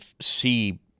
see